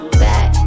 back